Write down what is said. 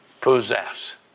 possess